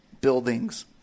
buildings